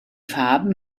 farben